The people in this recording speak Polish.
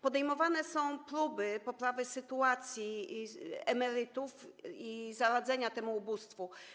Podejmowane są próby poprawy sytuacji emerytów i zaradzenia temu ubóstwu.